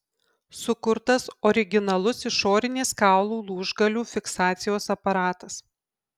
sukurtas originalus išorinės kaulų lūžgalių fiksacijos aparatas